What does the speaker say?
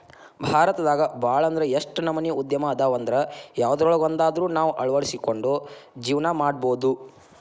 ಭಾರತದಾಗ ಭಾಳ್ ಅಂದ್ರ ಯೆಷ್ಟ್ ನಮನಿ ಉದ್ಯಮ ಅದಾವಂದ್ರ ಯವ್ದ್ರೊಳಗ್ವಂದಾದ್ರು ನಾವ್ ಅಳ್ವಡ್ಸ್ಕೊಂಡು ಜೇವ್ನಾ ಮಾಡ್ಬೊದು